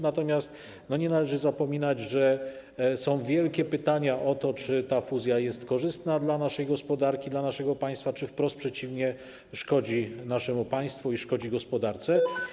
Nie należy natomiast zapominać, że są wielkie pytania o to, czy ta fuzja jest korzystna dla naszej gospodarki, dla naszego państwa, czy wprost przeciwnie - szkodzi naszemu państwu i szkodzi gospodarce.